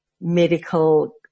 medical